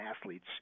athletes